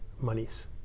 monies